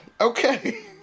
Okay